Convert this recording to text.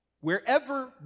wherever